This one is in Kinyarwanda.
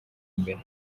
imbere